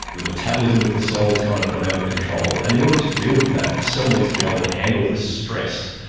the metabolism of the cell has kind of gone out of control, and in order to deal with that the cell needs to be able to handle this stress.